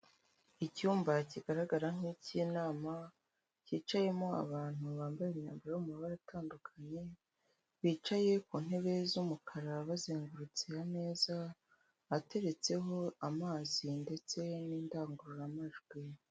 Icyumba kigaragara nk'icy'inama cyicayemo abantu bambaye imyambaro yo mu mabara atandukanye bicaye ku ntebe z'umukara bazengurutse ameza ateretseho amazi ndetse n'indangururamajwi.